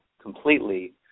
completely